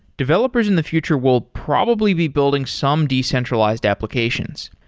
developers in the future we'll probably be building some decentralized applications.